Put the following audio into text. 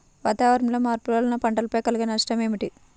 వాతావరణంలో మార్పుల వలన పంటలపై కలిగే నష్టం ఏమిటీ?